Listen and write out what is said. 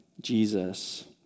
Jesus